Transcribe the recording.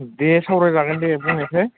दे सावरायजागोन दे बुंनायसाय